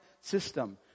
system